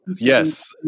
Yes